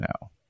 now